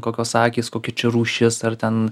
kokios akys kokie čia rūšis ar ten